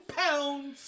pounds